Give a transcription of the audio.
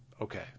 Okay